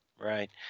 Right